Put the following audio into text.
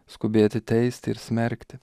skubėti teisti ir smerkti